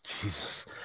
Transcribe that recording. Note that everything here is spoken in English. jesus